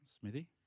Smithy